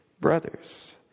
brothers